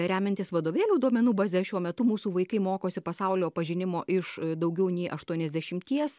remiantis vadovėlių duomenų baze šiuo metu mūsų vaikai mokosi pasaulio pažinimo iš daugiau nei aštuoniasdešimties